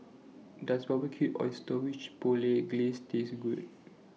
Does Barbecued Oysters with Chipotle Glaze Taste Good